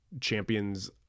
champions